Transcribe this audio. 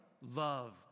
love